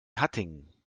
hattingen